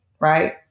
Right